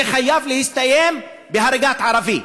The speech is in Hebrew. זה חייב להסתיים בהריגת ערבי?